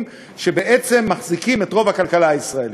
שבעצם מחזיקים את רוב הכלכלה הישראלית,